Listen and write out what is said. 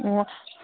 ꯑꯣ